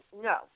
no